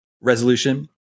resolution